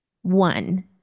One